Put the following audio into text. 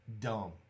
dumb